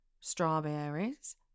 Strawberries